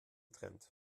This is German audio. trend